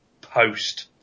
post